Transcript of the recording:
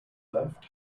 left